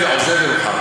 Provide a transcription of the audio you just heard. מודה ועוזב ירוחם.